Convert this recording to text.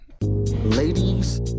Ladies